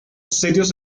serios